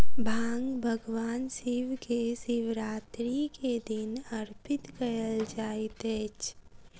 भांग भगवान शिव के शिवरात्रि के दिन अर्पित कयल जाइत अछि